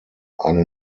eine